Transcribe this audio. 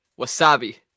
wasabi